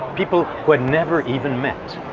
people who had never even met.